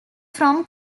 from